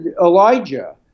Elijah